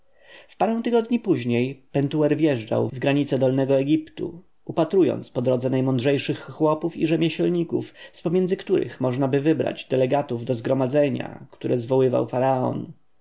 parę tygodni później pentuer wjeżdżał w granice dolnego egiptu upatrując po drodze najrozsądniejszych chłopów i rzemieślników z pomiędzy których możnaby wybrać delegatów do zgromadzenia które zwoływał faraon